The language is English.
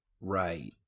Right